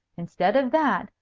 instead of that,